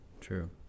true